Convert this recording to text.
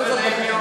הביאו זאת בחשבון.